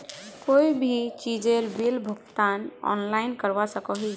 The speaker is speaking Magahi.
कोई भी चीजेर बिल भुगतान ऑनलाइन करवा सकोहो ही?